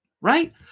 right